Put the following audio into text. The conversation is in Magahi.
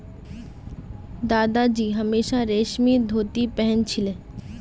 दादाजी हमेशा रेशमी धोती पह न छिले